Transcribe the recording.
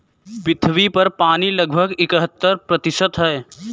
पृथ्वी पर पानी लगभग इकहत्तर प्रतिशत है